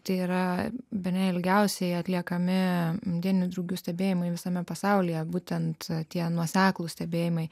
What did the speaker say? tai yra bene ilgiausiai atliekami dieninių drugių stebėjimai visame pasaulyje būtent tie nuoseklūs stebėjimai